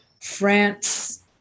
France